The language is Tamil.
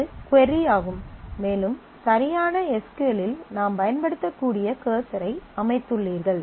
இது கொரி ஆகும் மேலும் சரியான எஸ் க்யூ எல் இல் நாம் பயன்படுத்தக்கூடிய கர்சரை அமைத்துள்ளீர்கள்